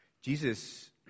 Jesus